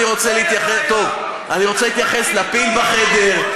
אני רוצה להתייחס לפיל בחדר,